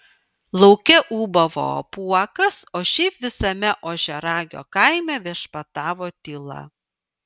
lauke ūbavo apuokas o šiaip visame ožiaragio kaime viešpatavo tyla